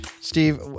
Steve